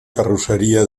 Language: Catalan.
carrosseria